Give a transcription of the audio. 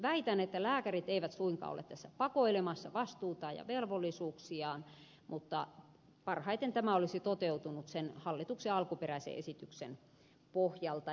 väitän että lääkärit eivät suinkaan ole tässä pakoilemassa vastuutaan ja velvollisuuksiaan mutta parhaiten tämä olisi toteutunut sen hallituksen alkuperäisen esityksen pohjalta